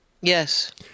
Yes